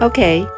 Okay